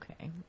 Okay